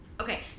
Okay